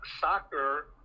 soccer